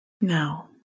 Now